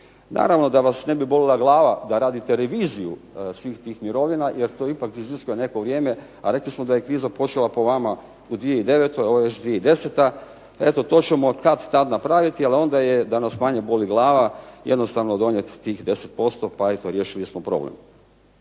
Naravno da vas ne bi boljela glava da radite reviziju svih tih mirovina jer to ipak iziskuje neko vrijeme, a rekli smo da je kriza počela po vama u 2009. ovo je već 2010. Eto to ćemo kada tada napraviti jel onda da nas manje boli glava, jednostavno donijeti tih 10% pa riješili smo problem.